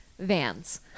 Vans